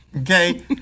Okay